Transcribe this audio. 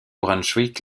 brunswick